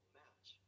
match